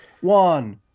one